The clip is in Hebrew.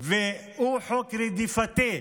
והוא חוק רדיפתי,